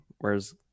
Whereas